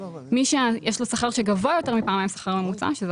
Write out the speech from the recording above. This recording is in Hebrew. מי שיש לו שכר שגבוה יותר מפעמיים שכר ממוצע, שזה